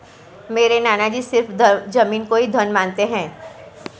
मेरे नाना जी सिर्फ जमीन को ही धन मानते हैं